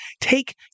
take